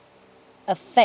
affect